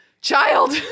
child